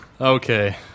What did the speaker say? Okay